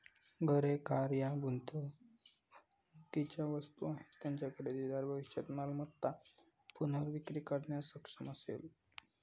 घरे, कार या गुंतवणुकीच्या वस्तू आहेत ज्याची खरेदीदार भविष्यात मालमत्ता पुनर्विक्री करण्यास सक्षम असेल